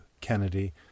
Kennedy